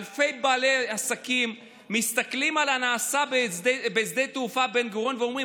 אלפי בעלי עסקים מסתכלים על הנעשה בשדה התעופה בן-גוריון ואומרים: